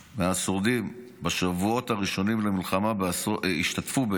מהשורדים השתתפו בשבועות הראשונים למלחמה גם